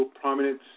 prominence